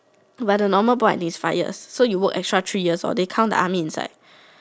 but the normal bond I think is five years so you work extra three years they count the army inside